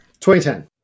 2010